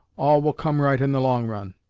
all will come right in the long run.